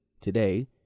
today